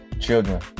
children